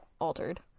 altered